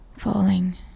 Falling